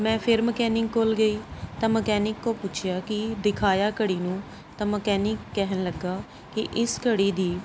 ਮੈਂ ਫਿਰ ਮਕੈਨਿਕ ਕੋਲ ਗਈ ਤਾਂ ਮਕੈਨਿਕ ਕੋਲੋਂ ਪੁੱਛਿਆ ਕਿ ਦਿਖਾਇਆ ਘੜੀ ਨੂੰ ਤਾਂ ਮਕੈਨਿਕ ਕਹਿਣ ਲੱਗਾ ਕਿ ਇਸ ਘੜੀ ਦੀ